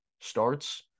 starts